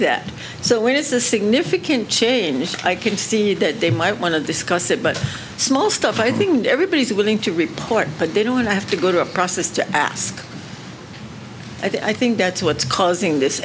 that so it is a significant change i can see that they might want to discuss it but small stuff i think everybody's willing to report but they don't have to go to a process to ask i think that's what's causing this